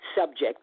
subject